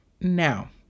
Now